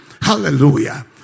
Hallelujah